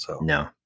No